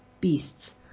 beasts